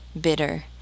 BITTER